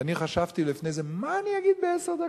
ואני חשבתי לפני זה: מה אני אגיד בעשר דקות?